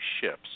ships